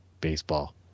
baseball